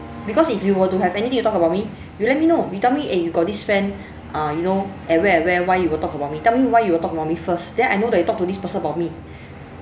because if you were to have anything to talk about me you let me know you tell me eh you got this friend uh you know and where and where why you will talk about me tell me why you will talk about me first then I know that you talk to this person about me